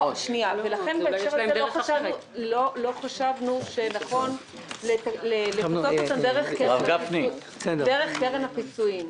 לכן בהקשר הזה לא חשבנו שנכון לפצות אותם דרך קרן הפיצויים.